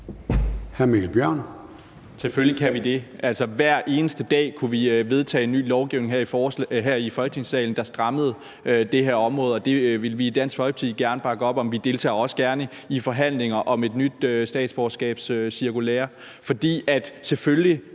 Bjørn (DF): Selvfølgelig kan vi det. Hver eneste dag kunne vi vedtage ny lovgivning her i Folketingssalen, der strammede op på det her område, og det ville vi i Dansk Folkeparti gerne bakke op om. Vi deltager også gerne i forhandlinger om et nyt statsborgerskabscirkulære, for selvfølgelig